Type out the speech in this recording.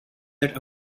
that